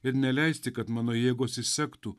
ir neleisti kad mano jėgos išsektų